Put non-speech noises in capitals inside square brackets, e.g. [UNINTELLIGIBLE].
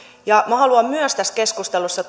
ja minä haluan tässä keskustelussa [UNINTELLIGIBLE]